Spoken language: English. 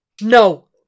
No